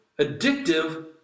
addictive